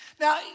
Now